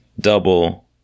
double